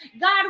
god